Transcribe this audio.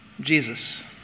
Jesus